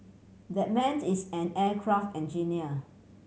that man is an aircraft engineer